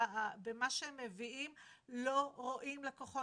במה שהם מביאים לא רואים לקוחות,